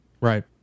Right